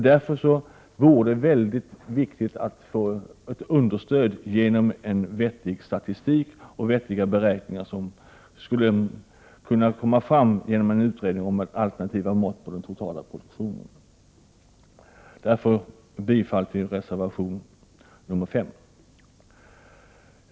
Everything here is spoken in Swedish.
Därför vore det väldigt viktigt att få ett understöd genom en vettig statistik och vettiga beräkningar som skulle kunna komma fram genom en utredning om alternativt mått på den totala produktionen.